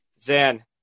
Zan